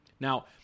Now